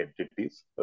entities